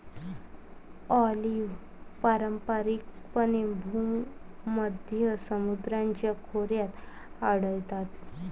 olive पारंपारिकपणे भूमध्य समुद्राच्या खोऱ्यात आढळतात